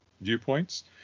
viewpoints